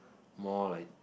more like